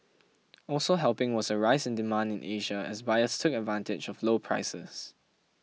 also helping was a rise in demand in Asia as buyers took advantage of low prices